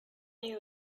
you